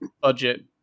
budget